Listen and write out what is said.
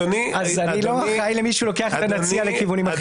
אני לא אחראי למי שלוקח את ה"נציע" לכיוונים אחרים.